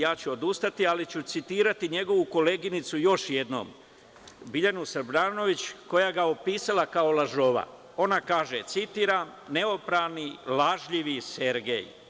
Ja ću odustati, ali ću citirati njegovog koleginicu još jednom Biljanu Srbrljanović, koja ga je opisala kao lažova, ona kaže, citiram – neoprani, lažljivi Sergej.